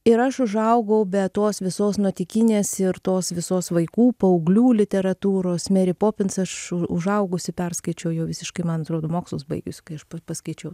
ir aš užaugau be tos visos nuotykinės ir tos visos vaikų paauglių literatūros meri popins aš užaugusi perskaičiau jau visiškai man atrodo mokslus baigius kai aš paskaičiau